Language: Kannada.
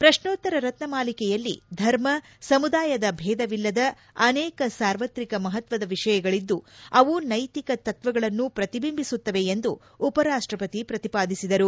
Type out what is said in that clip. ಪ್ರಕ್ನೋತ್ತರ ರತ್ನಮಾಲಿಕೆಯಲ್ಲಿ ಧರ್ಮ ಸಮುದಾಯದ ಭೇದವಿಲ್ಲದ ಅನೇಕ ಸಾರ್ವತ್ರಿಕ ಮಹತ್ವದ ವಿಷಯಗಳಿದ್ದು ಅವು ನೈತಿಕ ತತ್ವಗಳನ್ನು ಪ್ರತಿಬಿಂಬಿಸುತ್ತವೆ ಎಂದು ಉಪರಾಷ್ಟಪತಿ ಪ್ರತಿಪಾದಿಸಿದರು